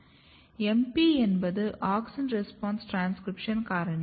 MP என்பது auxin response transcription காரணி